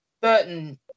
Burton